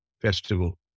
festival